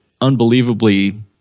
unbelievably